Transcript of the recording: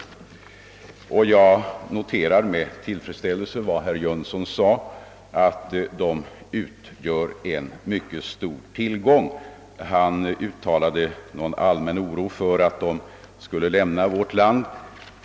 Jag noterar med tillfredsställelse att herr Jönsson i Ingemarsgården sade att de utgör en mycket stor tillgång. Han uttryckte någon allmän oro för att de skulle lämna vårt land.